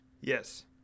Yes